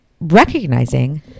recognizing